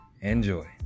Enjoy